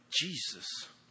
Jesus